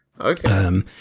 Okay